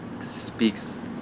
speaks